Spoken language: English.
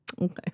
Okay